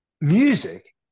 music